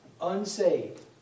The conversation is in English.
unsaved